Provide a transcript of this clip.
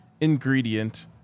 ingredient